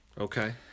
Okay